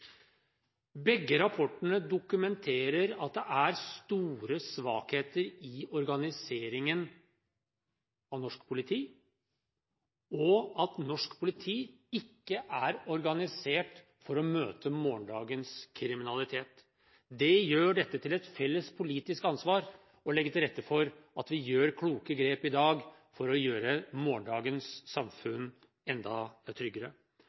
Begge rapportene dokumenterer at det er store svakheter i organiseringen av norsk politi, og at norsk politi ikke er organisert for å møte morgendagens kriminalitet. Det gjør det til et felles politisk ansvar å legge til rette for at vi gjør kloke grep i dag for å gjøre morgendagens samfunn enda tryggere.